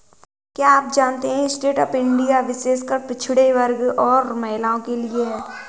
क्या आप जानते है स्टैंडअप इंडिया विशेषकर पिछड़े वर्ग और महिलाओं के लिए है?